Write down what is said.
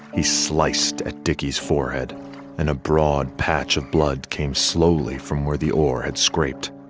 he sliced a dickey's forehead and a broad patch of blood came slowly from where the ore had scraped.